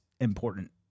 important